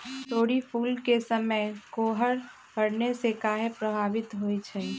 तोरी फुल के समय कोहर पड़ने से काहे पभवित होई छई?